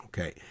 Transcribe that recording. Okay